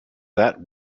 that